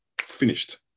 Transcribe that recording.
finished